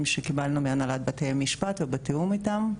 שקיבלנו מהנהלת בתי המשפט ובתיאום אתם.